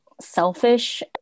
selfish